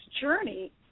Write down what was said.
journey